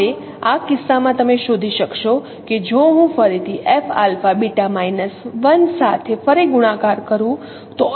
હવે આ કિસ્સામાં તમે શોધી શકશો કે જો હું ફરીથી F આલ્ફા બીટા માઈનસ 1 સાથે ફરી ગુણાકાર કરું